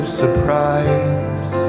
surprise